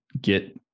get